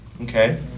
Okay